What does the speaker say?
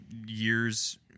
years